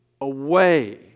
away